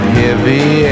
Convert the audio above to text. heavy